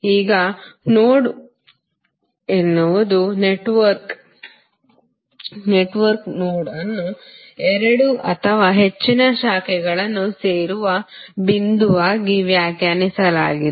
ಈಗ ನೋಡ್ ಎನ್ನುವುದು ನೆಟ್ವರ್ಕ್ನ ನೆಟ್ವರ್ಕ್ ನೋಡ್ ಅನ್ನು ಎರಡು ಅಥವಾ ಹೆಚ್ಚಿನ ಶಾಖೆಗಳನ್ನು ಸೇರುವ ಬಿಂದುವಾಗಿ ವ್ಯಾಖ್ಯಾನಿಸಲಾಗಿದೆ